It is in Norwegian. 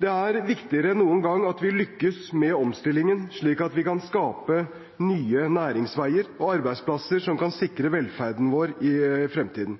Det er viktigere enn noen gang at vi lykkes med omstillingen, slik at vi kan skape nye næringsveier og arbeidsplasser som kan sikre velferden vår i fremtiden.